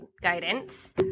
guidance